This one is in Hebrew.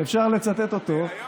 אפשר לצטט אותו.